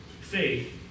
Faith